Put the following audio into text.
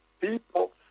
People